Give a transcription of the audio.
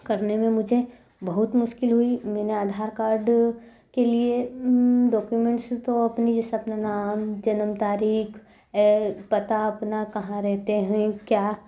करने में मुझे बहुत मुश्किल हुई मैंने आधार कार्ड के लिए डॉक्यूमेंटस तो अपनी जैसे नाम जन्म तारीख एल पता अपना कहाँ रहते हैं क्या